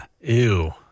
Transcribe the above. Ew